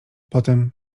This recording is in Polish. potem